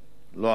לא עזר לו,